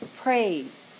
praise